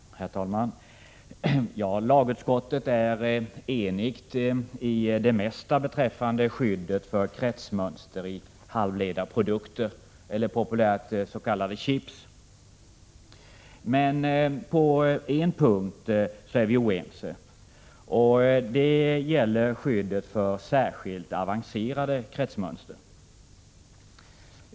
Herr talman! Lagutskottet är enigt i det mesta beträffande skyddet för kretsmönster i halvledarprodukter, populärt kallade chips. Men på en punkt är vi oense, och det gäller skyddet för särskilt avancerade kretsmönster.